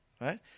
Right